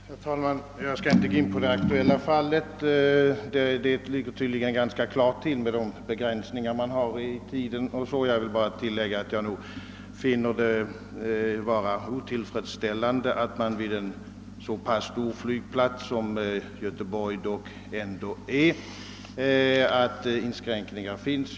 Herr talman! Jag skall inte gå in på det aktuella fallet. Det är tydligen ganska klara begränsningar man har beträffande arbetstiden. Jag vill endast tillägga att jag finner det otillfredsställande att det finns inskränkningar vid en så stor flygplats som Göteborg ändå har.